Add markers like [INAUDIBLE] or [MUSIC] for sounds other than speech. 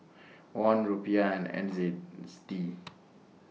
Won Rupiah and N Z [NOISE] D